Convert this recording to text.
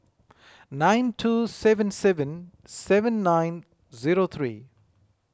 nine two seven seven seven nine zero three